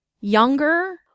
younger